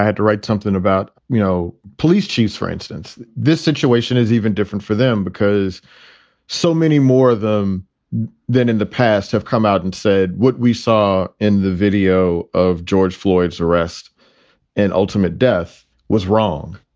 to write something about, you know, police chiefs, for instance. this situation is even different for them because so many more of them than in the past have come out and said what we saw in the video of george floyds arrest and ultimate death was wrong.